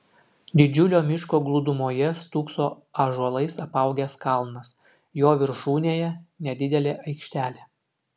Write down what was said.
didžiulio miško glūdumoje stūkso ąžuolais apaugęs kalnas jo viršūnėje nedidelė aikštelė